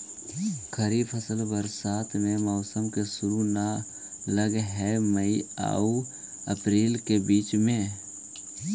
खरीफ फसल बरसात के मौसम के शुरु में लग हे, मई आऊ अपरील के बीच में